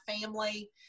family